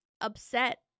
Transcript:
upset